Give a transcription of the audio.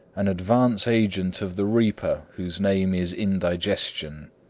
an advance agent of the reaper whose name is indigestion.